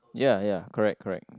ya ya correct correct